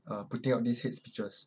uh putting out these hate speeches